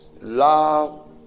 love